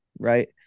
Right